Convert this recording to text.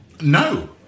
No